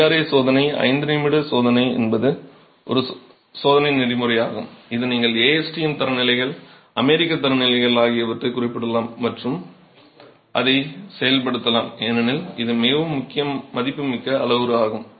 IRA சோதனை 5 நிமிட சோதனை என்பது ஒரு சோதனை நெறிமுறையாகும் இது நீங்கள் ASTM தரநிலைகள் அமெரிக்க தரநிலைகள் ஆகியவற்றைக் குறிப்பிடலாம் மற்றும் அதைச் செயல்படுத்தலாம் ஏனெனில் இது மிகவும் மதிப்புமிக்க அளவுரு ஆகும்